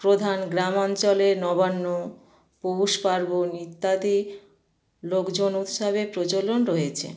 প্রধান গ্রামাঞ্চলে নবান্ন পৌষ পার্বণ ইত্যাদি লোকজন উৎসবে প্রচলন রয়েছে